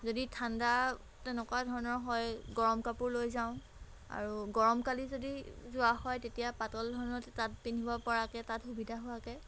যদি ঠাণ্ডা তেনেকুৱা ধৰণৰ হয় গৰম কাপোৰ লৈ যাওঁ আৰু গৰম কালি যদি যোৱা হয় তেতিয়া পাতল ধৰণৰ তাত পিন্ধিব পৰাকৈ তাত সুবিধা হোৱাকৈ